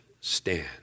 stand